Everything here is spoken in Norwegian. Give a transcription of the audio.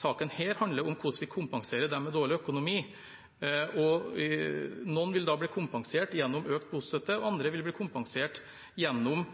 saken handler om hvordan vi kompenserer dem med dårlig økonomi, og noen vil da bli kompensert gjennom økt bostøtte, mens andre vil bli kompensert gjennom